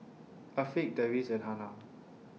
Afiq Deris and Hana